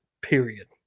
period